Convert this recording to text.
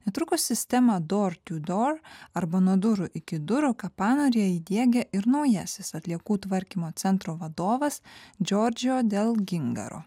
netrukus sistemą door to door arba nuo durų iki durų kapanorėj įdiegia ir naujasis atliekų tvarkymo centro vadovas džordžijo del gingaro